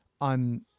on